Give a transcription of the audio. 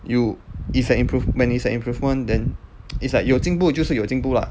you it's an improvement it's an improvement then it's like 有进步就是有进步 lah